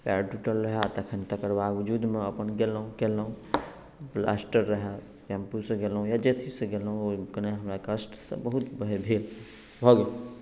पएर टूटल रहए तखन तकर बाबजूदमे अपन गेलहुँ केलहुँ प्लास्टर रहए टेम्पूसँ गेलहुँ या जाहि चीजसँ गेलहुँ कनेक हमरा कष्ट से बहुत भेल भऽ गेल